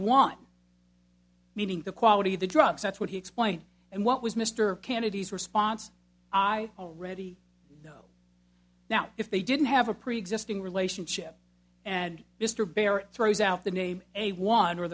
one meaning the quality of the drugs that's what he explained and what was mr kennedy's response i already know now if they didn't have a preexisting relationship and mr baer throws out the name a one or